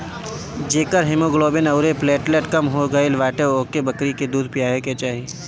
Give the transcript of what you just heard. जेकर हिमोग्लोबिन अउरी प्लेटलेट कम हो गईल बाटे ओके बकरी के दूध पिए के चाही